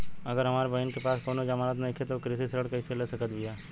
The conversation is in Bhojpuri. अगर हमार बहिन के पास कउनों जमानत नइखें त उ कृषि ऋण कइसे ले सकत बिया?